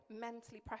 mentally